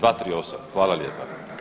238. hvala lijepa.